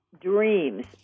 dreams